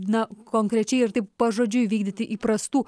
na konkrečiai ir taip pažodžiui vykdyti įprastų